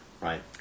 right